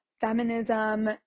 feminism